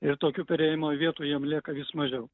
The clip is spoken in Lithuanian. ir tokių perėjimo vietų jiem lieka vis mažiau